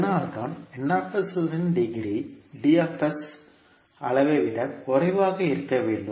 அதனால்தான் இன் டிகிரி அளவை விட குறைவாக இருக்க வேண்டும்